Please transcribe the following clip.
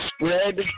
spread